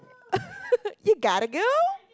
you gotta go